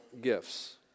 gifts